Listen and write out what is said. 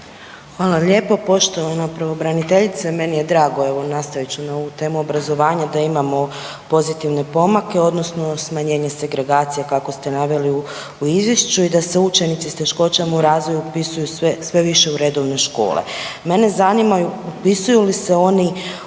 Hvala lijepa. Poštovana pravobraniteljice meni je drago evo nastavit ću na ovu temu obrazovanja da imamo pozitivne pomake odnosno smanjenje segregacije kako ste naveli u izvješću i da se učenici s teškoćama u razvoju upisuju sve više u redovne škole. Mene zanima upisuju li se oni u